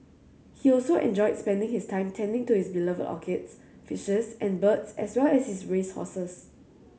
he also enjoyed spending his time tending to his beloved orchids fishes and birds as well as his race horses